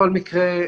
בכל מקרה,